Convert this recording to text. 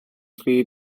dri